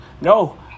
no